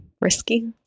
risky